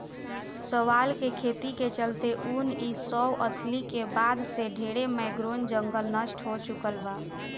शैवाल के खेती के चलते उनऽइस सौ अस्सी के बाद से ढरे मैंग्रोव जंगल नष्ट हो चुकल बा